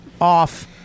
off